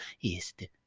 East